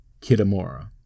Kitamura